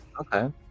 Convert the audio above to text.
okay